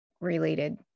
related